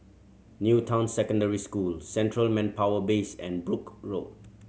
New Town Secondary School Central Manpower Base and Brooke Road